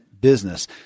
business